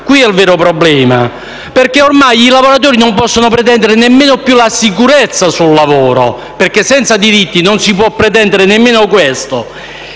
qui sta il vero problema. Ormai, infatti, i lavoratori non possono più pretendere nemmeno la sicurezza sul lavoro, perché senza diritti non si può pretendere nemmeno questo.